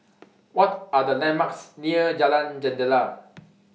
What Are The landmarks near Jalan Jendela